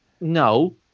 no